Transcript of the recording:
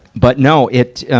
but, no. it,